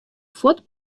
fuort